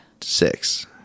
Six